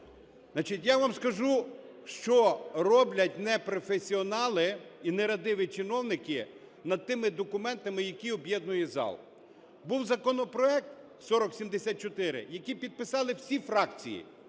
я вам скажу, що роблять непрофесіонали і нерадиві чиновники над тими документами, які об'єднують зал. Був законопроект 4074, який підписали всі фракції,